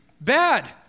bad